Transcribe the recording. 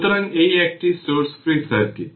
সুতরাং এটি একটি সোর্স ফ্রি সার্কিট